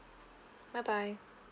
bye bye